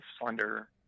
slender